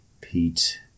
Pete